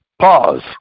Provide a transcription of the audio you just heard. Pause